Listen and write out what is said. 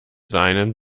seinen